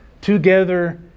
together